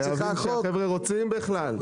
להבין שהחבר'ה רוצים בכלל.